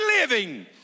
living